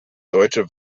deutsche